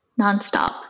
Nonstop